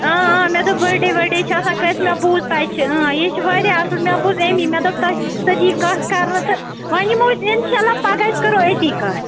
اۭں اۭں مےٚ دوٚپ بٔرڈے ؤرڈے چھُ آسان کٲنٛسہِ مےٚ بوٗز تَتہِ چھِ اۭں یہِ چھِ واریاہ اَصٕل مےٚ بوٗز اَمی مےٚ دوٚپ تۄہہِ سۭتۍ یی کَتھ کَرنہٕ تہٕ وَنہِ یِمو أسۍ اِنشاء اللہ پَگاہ أسۍ کَرو أتی کَتھ